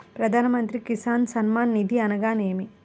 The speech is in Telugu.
ప్రధాన మంత్రి కిసాన్ సన్మాన్ నిధి అనగా ఏమి?